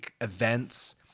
events